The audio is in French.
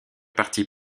partis